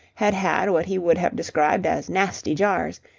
had had what he would have described as nasty jars,